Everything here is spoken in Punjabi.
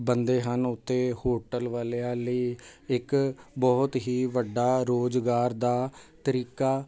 ਬੰਦੇ ਹਨ ਉਤੇ ਹੋਟਲ ਵਾਲਿਆਂ ਲਈ ਇੱਕ ਬਹੁਤ ਹੀ ਵੱਡਾ ਰੁਜ਼ਗਾਰ ਦਾ ਤਰੀਕਾ